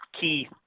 key